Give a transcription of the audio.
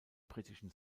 britische